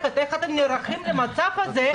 כמערכת נערכים למצב הזה?